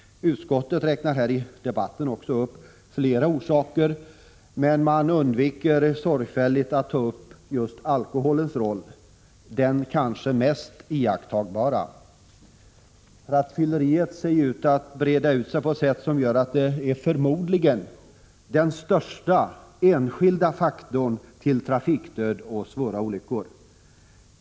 Utskottet räknar också upp flera orsaker. Men man undviker sorgfälligt att ta upp just alkoholens roll — den kanske mest iakttagbara. Rattfylleriet ser ju ut att breda ut sig på ett sätt som gör att det förmodligen är den största enskilda faktorn när det gäller trafikdöd och svåra olyckor.